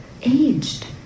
aged